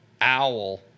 owl